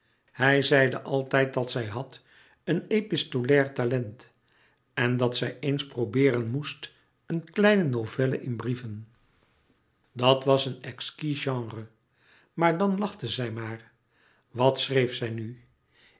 hij zeide altijd dat zij had een epistolair talent en dat zij eens probeeren moest een kleine novelle in brieven louis couperus metamorfoze dat was een exquis genre maar dan lachte zij maar wat schreef zij nu